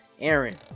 Aaron